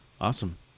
Awesome